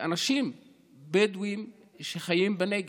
אנשים בדואים שחיים בנגב.